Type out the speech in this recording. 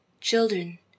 Children